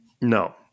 No